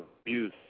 abuse